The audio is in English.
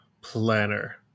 planner